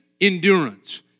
endurance